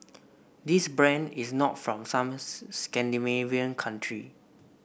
this brand is not from some Scandinavian country